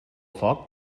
foc